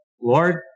Lord